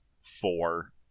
four